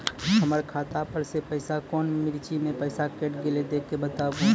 हमर खाता पर से पैसा कौन मिर्ची मे पैसा कैट गेलौ देख के बताबू?